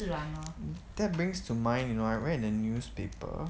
that brings to mind you know I read the newspaper